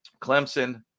Clemson